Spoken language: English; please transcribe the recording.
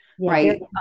right